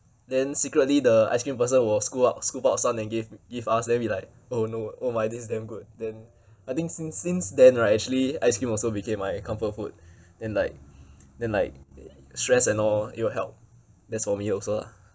then secretly the ice cream person will scoop out scoop out some and gave give us then we like oh no oh my this damn good then I think sin~ since then right actually ice cream also became my comfort food then like then like the stress and all it will help that's for me also lah